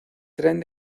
tren